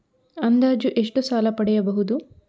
ಅಂದಾಜು ಎಷ್ಟು ಸಾಲ ಪಡೆಯಬಹುದು?